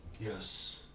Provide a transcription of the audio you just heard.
Yes